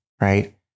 right